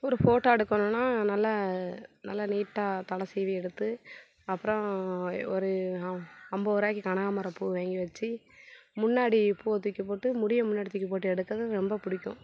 ஒரு ஃபோட்டோ எடுக்கணுன்னா நல்ல நல்ல நீட்டாக தலை சீவி எடுத்து அப்புறம் ஒரு அம் அம்பருவாக்கு கனகாம்பரம் பூ வாங்கி வச்சு முன்னாடி பூவை தூக்கிப்போட்டு முடியை முன்னாடி தூக்கிப்போட்டு எடுக்கிறது ரொம்ப பிடிக்கும்